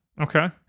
Okay